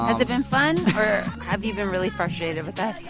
has it been fun? or have you been really frustrated with us?